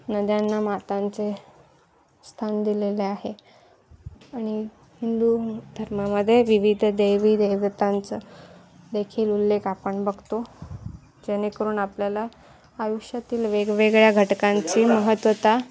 नद्यांना मातांचे स्थान दिलेले आहे आणि हिंदू धर्मामध्ये विविध देवी देवतांचं देखील उल्लेख आपण बघतो जेणेकरून आपल्याला आयुष्यातील वेगवेगळ्या घटकांची महत्त्वता